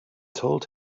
told